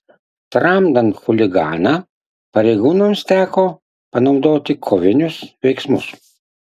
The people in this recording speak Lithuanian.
tramdant chuliganą pareigūnams teko panaudoti kovinius veiksmus